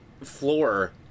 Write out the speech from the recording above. floor